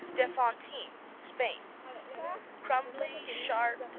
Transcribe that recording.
de fontine spain crumbly, sharp,